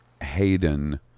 Hayden